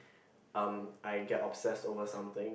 um I get obsessed over something